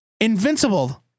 Invincible